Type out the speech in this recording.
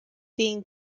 being